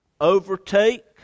overtake